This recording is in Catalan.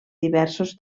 diversos